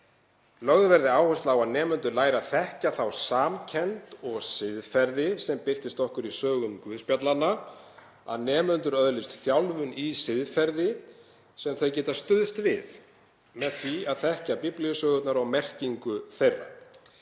Lögð verði áhersla á að nemendur læri að þekkja þá samkennd og siðferði sem birtist okkur í sögum guðspjallanna, að nemendur öðlist þjálfun í siðferði, sem þau geta stuðst við, með því að þekkja biblíusögurnar og merkingu þeirra.